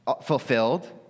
fulfilled